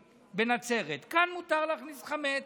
בנצרת, כאן מותר להכניס חמץ,